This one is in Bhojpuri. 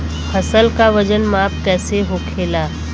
फसल का वजन माप कैसे होखेला?